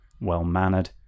well-mannered